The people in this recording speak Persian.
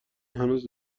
هنوز